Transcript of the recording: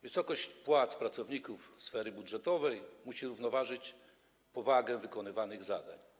Wysokość płac pracowników sfery budżetowej musi równoważyć powagę wykonywanych zadań.